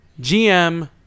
GM